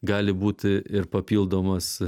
gali būti ir papildomas